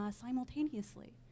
simultaneously